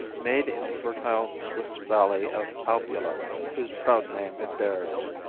made in the fertile swiss valley of albula whose proud name it bears.